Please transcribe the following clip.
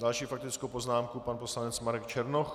Další faktickou poznámku má pan poslanec Marek Černoch.